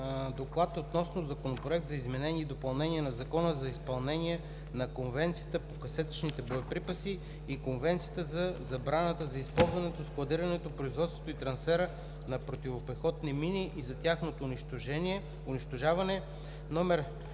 „ДОКЛАД относно Законопроект за изменение и допълнение на Закона за изпълнение на Конвенцията по касетъчните боеприпаси и Конвенцията за забраната за използването, складирането, производството и трансфера на противопехотни мини и за тяхното унищожаване,